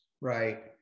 right